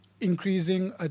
increasing